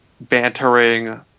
bantering